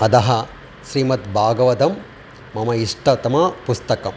अतः श्रीमद्भागवतं मम इष्टतमं पुस्तकम्